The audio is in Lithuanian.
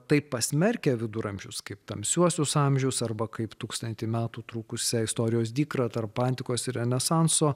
tai pasmerkia viduramžius kaip tamsiuosius amžius arba kaip tūkstantį metų trukusią istorijos dykrą tarp antikos ir renesanso